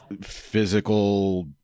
physical